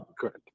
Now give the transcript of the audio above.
Correct